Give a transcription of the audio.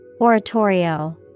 Oratorio